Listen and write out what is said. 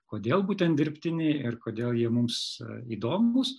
kodėl būtent dirbtiniai ir kodėl jie mums įdomūs